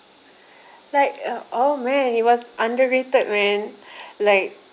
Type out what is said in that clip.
like uh oh man it was underrated man like